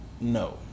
No